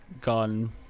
gone